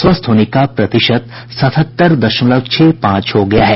स्वस्थ होने का प्रतिशत सतहत्तर दशमलव छह पांच हो गया है